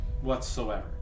whatsoever